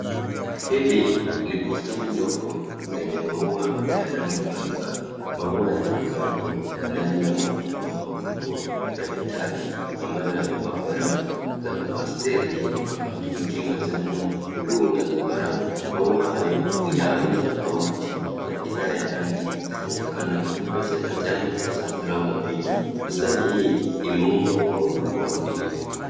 Hili ni bustani ndogo lenye maua ya rangi mbalimbali. Maua yanapandwa ndani ya mapipa makubwa ya metali ambayo yamepakwa rangi za pasteli kama pinki , manjano, blue na zambarau. Maua hayo ni ya aina tofauti na bidhaa ya rangi zinaonekana ni pamoja na njano, zambarau na pinki . Bustani hii imeundwa kwa ubunifu.